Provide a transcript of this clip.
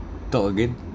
talk again